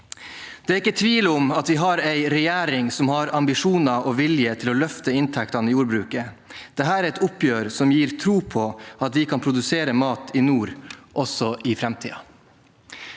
«Det er ikke tvil om at vi har ei regjering som har ambisjoner og vilje til å løfte inntektene i jordbruket. Dette er et oppgjør som gir tro på at vi kan produsere mat i Nord også i framtida.»